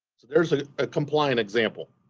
there's a compliant example.